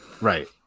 Right